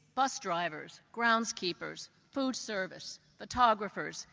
bus drivers groundskeepers, food-service, photographers,